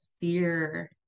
fear